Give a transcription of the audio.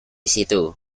situ